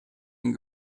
and